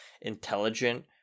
intelligent